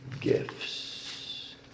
Gifts